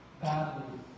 badly